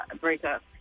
breakup